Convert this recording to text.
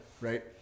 Right